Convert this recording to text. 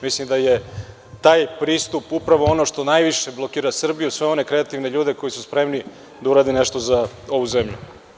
Mislim da je taj pristup upravo ono što najviše blokira Srbiju i sve one kreativne ljude koji su spremni da urade nešto za ovu zemlju.